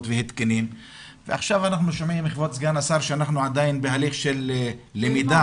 והתקנים ועכשיו אנחנו שומעים מכבוד סגן השר שאנחנו עדיין בהליך של למידה.